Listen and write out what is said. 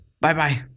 bye-bye